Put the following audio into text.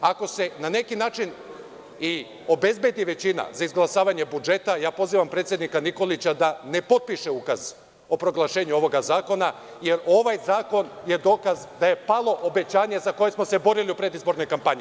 Ako se i na neki način obezbedi većina za izglasavanje budžet, pozivam predsednika Nikolića da ne potpiše ukaz o proglašenju ovoga zakona, jer ovaj zakon je dokaz da je palo obećanje za koje smo se borili u predizbornoj kampanji.